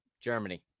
Germany